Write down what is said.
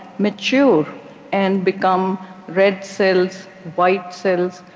mature and become red cells, white cells,